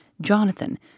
Jonathan